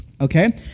Okay